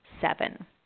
seven